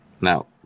now